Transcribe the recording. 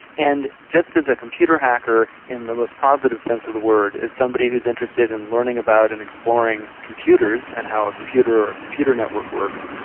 and just as a computer hacker in the most positive sense of the word is somebody who is interested in learning about and exploring computers and how a computer or a computer network works,